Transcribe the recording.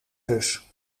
zus